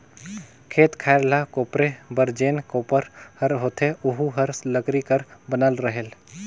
खेत खायर ल कोपरे बर जेन कोपर हर होथे ओहू हर लकरी कर बनल रहेल